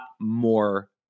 more